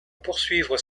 poursuivre